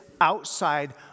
outside